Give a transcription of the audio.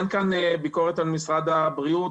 אין כאן ביקורת על משרד הבריאות,